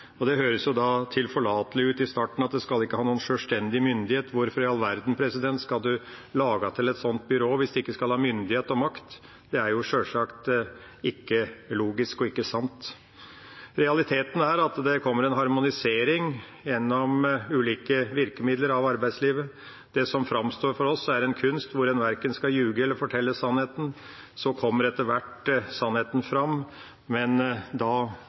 og det høres i starten tilforlatelig ut at det ikke skal ha noen selvstendig myndighet. Hvorfor i all verden skal en lage til et slikt byrå hvis det ikke skal ha myndighet og makt? Det er sjølsagt ikke logisk og ikke sant. Realiteten er at det kommer en harmonisering gjennom ulike virkemidler av arbeidslivet. Det framstår for oss som og er en kunst hvor en verken skal lyve eller fortelle sannheten. Så kommer etter hvert sannheten fram, men da